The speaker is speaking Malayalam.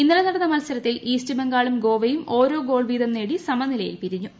ഇന്നലെ നടന്ന മത്സരത്തിൽ ഈസ്റ്റ് ബംഗാളും ഗോവയും ഓരോ ഗോൾ വീതം നേടി സമനിലയിൽ പിരിഞ്ഞിരുന്നു